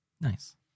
nice